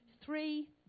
three